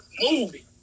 movie